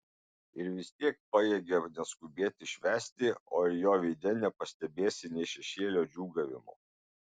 ir vis tiek pajėgia neskubėti švęsti o ir jo veide nepastebėsi nė šešėlio džiūgavimo